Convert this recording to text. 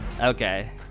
Okay